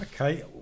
Okay